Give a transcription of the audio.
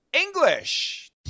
English